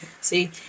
See